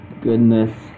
Goodness